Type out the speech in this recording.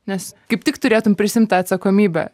nes kaip tik turėtum prisiimt tą atsakomybę